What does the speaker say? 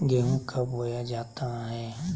गेंहू कब बोया जाता हैं?